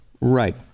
right